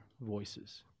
voices